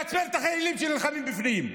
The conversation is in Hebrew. מעצבן את החיילים שנלחמים בפנים.